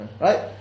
right